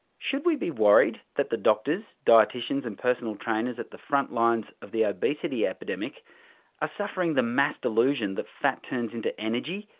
should we be worried that the doctors, dietitians and personal trainers at the frontlines of the obesity epidemic are ah suffering the mass delusion that fat turns into energy,